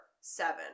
seven